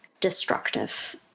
destructive